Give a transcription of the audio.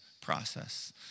process